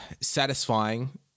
satisfying